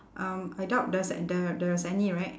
um I doubt there's the there is any right